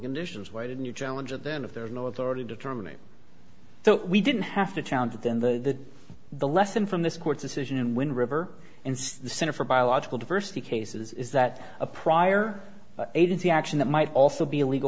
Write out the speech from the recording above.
conditions why didn't you challenge of then if there is no authority to terminate so we didn't have to challenge that then the the lesson from this court decision and when river and the center for biological diversity cases is that a prior agency action that might also be illegal